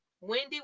Wendy